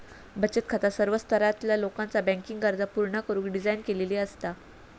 बचत खाता सर्व स्तरातला लोकाचा बँकिंग गरजा पूर्ण करुक डिझाइन केलेली असता